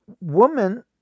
woman